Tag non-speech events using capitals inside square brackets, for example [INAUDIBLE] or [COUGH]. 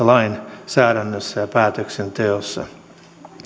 [UNINTELLIGIBLE] lainsäädännössä ja päätöksenteossa